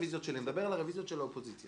רביזיה הבאה של האופוזיציה.